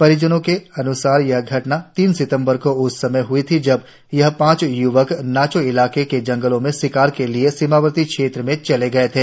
परिजनों के अन्सार यह घटना तीन सितंबर को इस समय हुई थी जब यह पांच य्वक नाचो इलाके के जंगल में शिकार के लिए सीमावर्ती क्षेत्र में चले गए थे